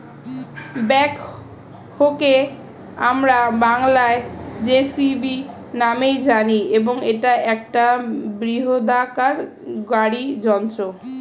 ব্যাকহোকে আমরা বংলায় জে.সি.বি নামেই জানি এবং এটা একটা বৃহদাকার গাড়ি যন্ত্র